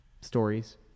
stories